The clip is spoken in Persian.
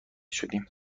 شدیم